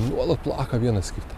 nuolat plaka vienas kitą